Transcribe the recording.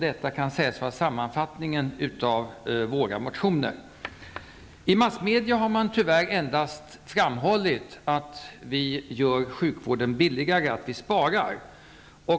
Detta kan sägas vara sammanfattningen av vad vi skriver i våra motioner. I massmedierna har man tyvärr endast framhållit att vi vill göra sjukvården billigare, att vi sparar.